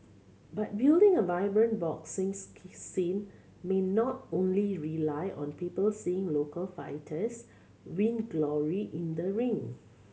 but building a vibrant boxing scene may not only rely on people seeing local fighters win glory in the ring